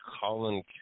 Colin